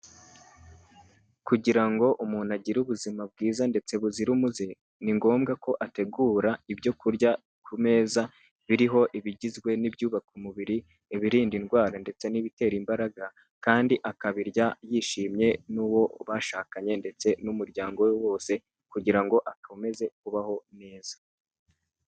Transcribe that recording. Kugira ngo umuntu agire ubuzima bwiza ndetse buzira umuze, ni ngombwa ko ategura ibyoku kurya ku meza biriho ibigizwe n'ibyubaka umubiri, ibirinda indwara ndetse n'ibitera imbaraga, kandi akabirya yishimye n'uwo bashakanye ndetse n'umuryango we wose kugira ngo akomeze kubaho neza.